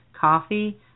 coffee